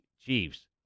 Chiefs